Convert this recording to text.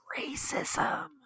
racism